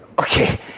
okay